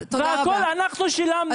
והכול אנחנו שילמנו.